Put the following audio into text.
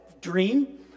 dream